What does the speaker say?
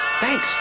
Thanks